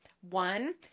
One